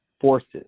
forces